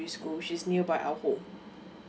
school which is nearby our home